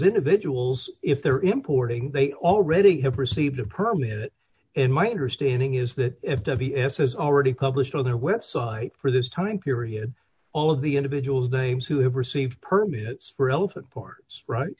individuals if they're importing they already have received a permit and my understanding is that if the b s is already published on their website for this time period all of the individuals names who have received permits for elephant ports right